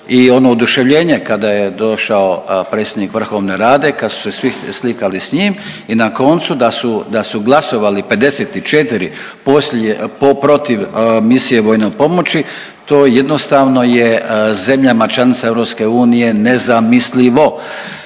i ono oduševljenje kada je došao predsjednik Vrhovne Rade, kad su se svi slikali s njim i na koncu da su glasovali 54 protiv misije vojne pomoći to jednostavno je zemljama članicama EU nezamislivo.